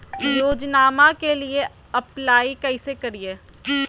योजनामा के लिए अप्लाई कैसे करिए?